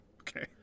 Okay